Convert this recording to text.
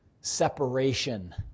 Separation